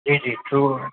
جی جی ٹور